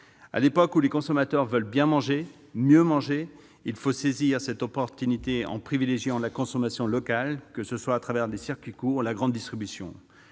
À l'époque où les consommateurs veulent bien manger, mieux manger, il faut saisir cette occasion de privilégier la consommation locale, que ce soit au travers des circuits courts ou de la grande distribution.